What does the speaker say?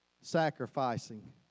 sacrificing